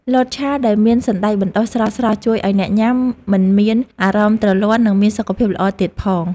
លតឆាដែលមានសណ្តែកបណ្តុះស្រស់ៗជួយឱ្យអ្នកញ៉ាំមិនមានអារម្មណ៍ទ្រលាន់និងមានសុខភាពល្អទៀតផង។